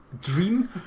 dream